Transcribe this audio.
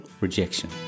rejection